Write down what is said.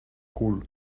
cul